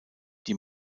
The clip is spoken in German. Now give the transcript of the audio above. die